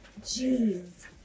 Jeez